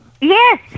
Yes